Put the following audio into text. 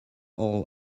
all